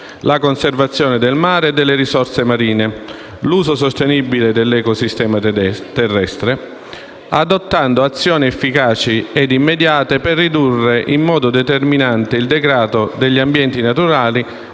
la conservazione del mare e delle risorse marine, l'uso sostenibile dell'ecosistema terrestre, adottando azioni efficaci e immediate per ridurre in modo determinante il degrado degli ambienti naturali,